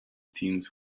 teams